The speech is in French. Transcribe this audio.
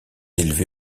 élevé